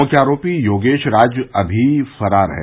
मुख्य आरोपी योगेश राज अमी फरार है